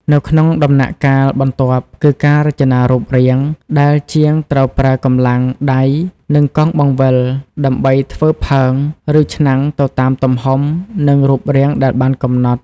នៅក្នុងដំណាក់កាលបន្ទាប់គឺ ការរចនារូបរាង ដែលជាងត្រូវប្រើកម្លាំងដៃ និងកង់រង្វិលដើម្បីធ្វើផើង ឬឆ្នាំងទៅតាមទំហំ និងរូបរាងដែលបានកំណត់។